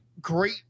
great